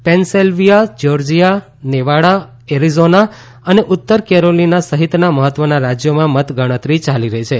Pennsylvania Georgia Nevada Arizona અને ઉત્તર Carolina સહિતના મહત્વના રાજ્યોમાં મતગણતરી ચાલી રહી છે